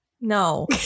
No